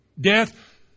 Death